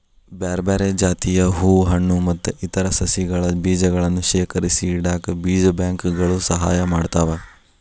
ಬ್ಯಾರ್ಬ್ಯಾರೇ ಜಾತಿಯ ಹೂ ಹಣ್ಣು ಮತ್ತ್ ಇತರ ಸಸಿಗಳ ಬೇಜಗಳನ್ನ ಶೇಖರಿಸಿಇಡಾಕ ಬೇಜ ಬ್ಯಾಂಕ್ ಗಳು ಸಹಾಯ ಮಾಡ್ತಾವ